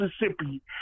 Mississippi